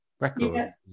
Records